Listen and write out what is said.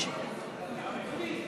אין מתנגדים, אין נמנעים.